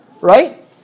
right